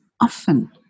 often